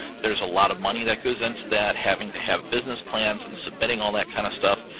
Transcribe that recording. there's a lot of money that goes into that. having to have business plans and submitting all that kind of stuff.